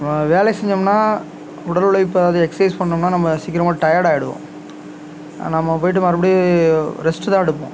நம்ம வேலை செஞ்சோம்னால் உடல் உழைப்பை அது எக்ஸைஸ் பண்ணோம்னால் நம்ம சீக்கிரமாக டயர்ட் ஆகிடுவோம் நம்ம போய்விட்டு மறுபடி ரெஸ்ட்டு தான் எடுப்போம்